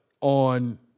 on